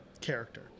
character